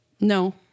No